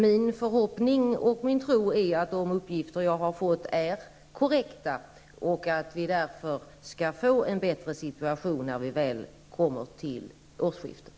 Min förhoppning och min tro är att de uppgifter som jag har fått är korrekta och att vi därför skall ha en bättre situation när vi väl kommer till årsskiftet.